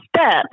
step